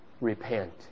repent